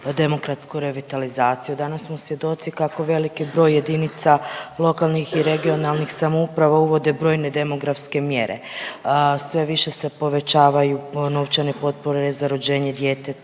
demokratsku revitalizaciju. Danas smo svjedoci kako veliki broj jedinica lokalnih i regionalnih samouprava uvode brojne demografske mjere. Sve više se povećavaju novčane potpore za rođenje djeteta,